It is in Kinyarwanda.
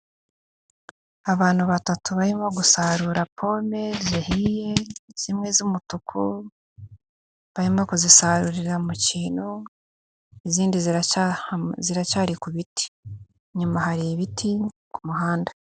Abantu batatu barimo gusarura pome zihiye zimwe z'umutuku, barimo kuzisarurira mu kintu, izindi ziracyari ku biti. Inyuma hari ibiti kumuhanda.